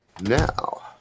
Now